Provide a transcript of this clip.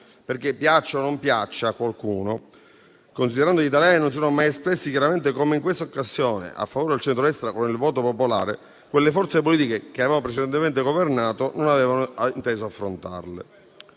Perché piaccia o non piaccia a qualcuno - considerando che gli italiani non si sono mai espressi chiaramente come in questa occasione a favore del centrodestra con il voto popolare - quelle forze politiche che avevano precedentemente governato non avevano inteso affrontarle.